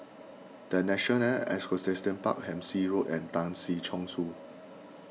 the National Equestrian Park Hampshire Road and Tan Si Chong Su